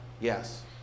Yes